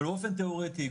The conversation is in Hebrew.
אבל באופן תאורטי,